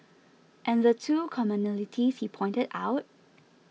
and the two commonalities he pointed out